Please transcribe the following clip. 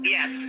Yes